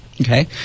Okay